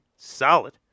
Solid